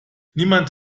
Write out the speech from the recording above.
niemand